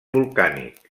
volcànic